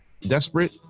desperate